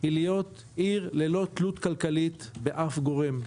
היא להיות עיר ללא תלות כלכלית באף גורם,